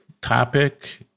topic